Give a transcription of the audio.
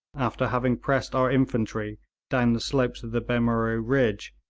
after having pressed our infantry down the slopes of the behmaroo ridge,